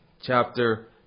chapter